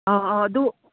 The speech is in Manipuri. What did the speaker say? ꯑꯥ ꯑꯥ ꯑꯗꯨ